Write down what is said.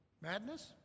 Madness